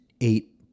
eight